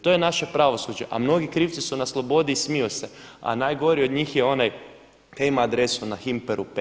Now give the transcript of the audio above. To je naše pravosuđe, a mnogi krivci su na slobodi i smiju se, a najgori od njih je onaj kaj ima adresu na Himperu 5. Hvala.